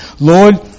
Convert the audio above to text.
Lord